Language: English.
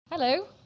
Hello